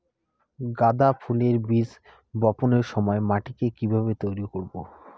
গাদা ফুলের বীজ বপনের সময় মাটিকে কিভাবে তৈরি করব?